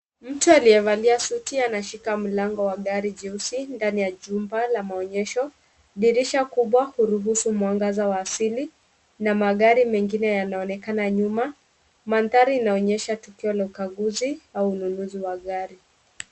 Mtu aliyevalia suti anashika mlango wa gari jeusi ndani ya chumba la maonyesho, dirisha kubwa uruhusu mwanga wa asili na magari mengine yanaonekana nyuma, mandhari yanaonyesha tukio la ukaguzi au ununuzi wa gari.